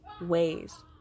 ways